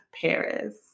Paris